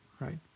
right